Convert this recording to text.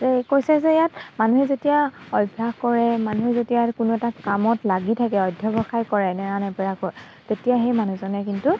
কৈছে যে ইয়াত মানুহে যেতিয়া অভ্যাস কৰে মানুহে যেতিয়া কোনো এটা কামত লাগি থাকে অধ্যৱসায় কৰে নেৰানেপেৰাকৈ তেতিয়া সেই মানুহজনে কিন্তু